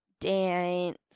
dance